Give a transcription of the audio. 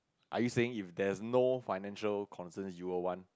are you saying if there's no financial concerns you will want